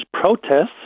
protests